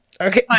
okay